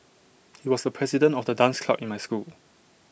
he was the president of the dance club in my school